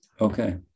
Okay